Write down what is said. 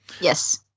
Yes